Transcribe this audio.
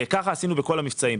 כך עשינו בכל המבצעים.